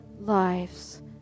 lives